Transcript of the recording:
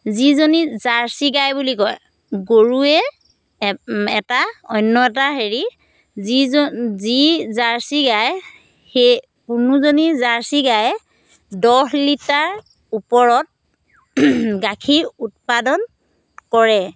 যিজনী জাৰ্চি গাই বুলি কয় গৰুৱে এটা অন্য এটা হেৰি যিজনী যি জাৰ্চি গাই সেই কোনোজনী জাৰ্চি গাইয়ে দহ লিটাৰ ওপৰত গাখীৰ উৎপাদন কৰে